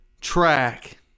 track